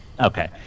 Okay